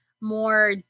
more